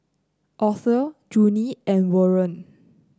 Othel Junie and Warren